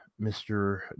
Mr